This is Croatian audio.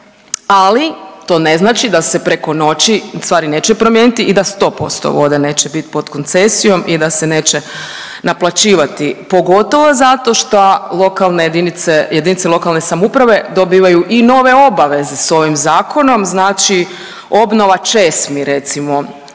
ali to ne znači da se preko noći stvari neće promijeniti i da 100% vode neće biti pod koncesijom i da se neće naplaćivati. Pogotovo zato šta lokalne jedinice, jedinice lokalne samouprave dobivaju i nove obaveze sa ovim zakonom. Znači obnova česmi recimo